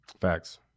Facts